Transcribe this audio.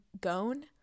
Gone